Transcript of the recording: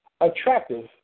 attractive